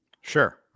sure